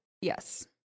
Yes